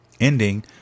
ending